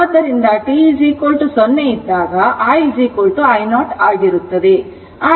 ಆದ್ದರಿಂದ t 0 ಇದ್ದಾಗ i i0 ಆಗಿರುತ್ತದೆ